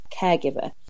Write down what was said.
caregiver